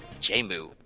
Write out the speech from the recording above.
Jamu